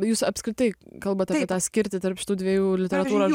jūs apskritai kalbat apie tą skirtį tarp šitų dviejų literatūros ža